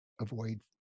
avoid